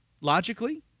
logically